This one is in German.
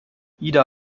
ida